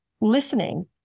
listening